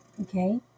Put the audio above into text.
okay